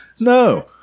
no